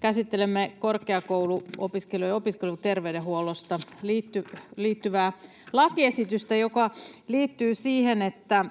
Käsittelemme korkeakouluopiskelijoiden opiskeluterveydenhuoltoon liittyvää lakiesitystä, joka liittyy siihen, että